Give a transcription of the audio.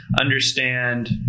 understand